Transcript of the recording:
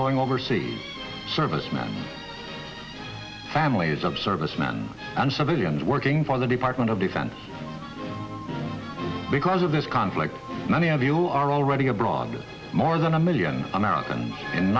going overseas servicemen families of servicemen and civilians working for the department of defense because of this conflict many of you are already abroad more than a million americans in